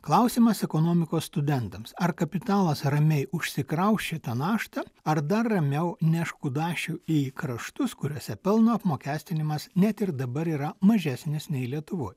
klausimas ekonomikos studentams ar kapitalas ramiai užsikraus šitą naštą ar dar ramiau nešk kudašių į kraštus kuriuose pelno apmokestinimas net ir dabar yra mažesnės nei lietuvoj